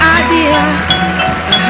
idea